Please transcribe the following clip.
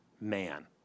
man